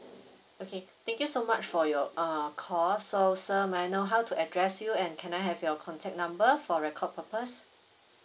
okay thank you so much for your err call so sir may I know how to address you and can I have your contact number for record purpose